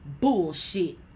bullshit